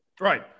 Right